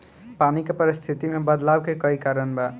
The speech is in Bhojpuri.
पानी के परिस्थिति में बदलाव के कई कारण बा